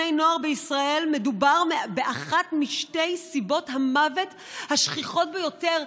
בקרב בני נוער בישראל מדובר באחת משתי סיבות המוות השכיחות ביותר,